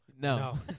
No